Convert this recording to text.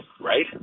right